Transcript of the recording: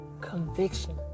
conviction